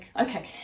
Okay